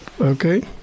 Okay